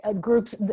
groups